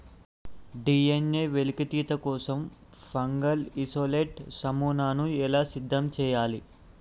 DNA వెలికితీత కోసం fungal isolate నమూనాను ఎలా సిద్ధం చెయ్యాలి?